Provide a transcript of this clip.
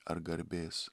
ar garbės